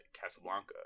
Casablanca